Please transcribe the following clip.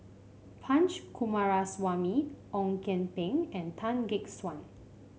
Punch Coomaraswamy Ong Kian Peng and Tan Gek Suan